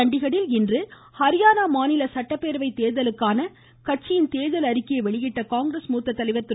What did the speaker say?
சண்டிகடில் இன்று ஹரியாணா மாநில சட்டப்பேரவைத் தேர்தலுக்கான கட்சியின் தேர்தல் அறிக்கையை வெளியிட்ட காங்கிரஸ் மூத்த தலைவர் திரு